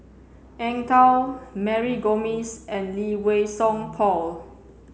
Eng Tow Mary Gomes and Lee Wei Song Paul